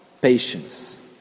patience